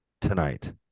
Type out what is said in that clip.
Tonight